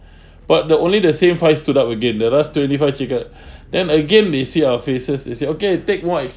but the only the same five stood up again the rest twenty five chickened then again they see our faces they say okay take whips